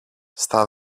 στα